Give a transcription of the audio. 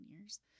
years